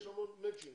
יש המון מצ'ינג,